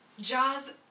Jaws